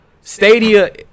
Stadia